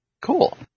Cool